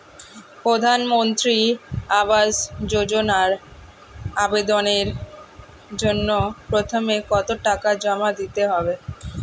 প্রধানমন্ত্রী আবাস যোজনায় আবেদনের জন্য প্রথমে কত টাকা জমা দিতে হবে?